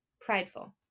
Prideful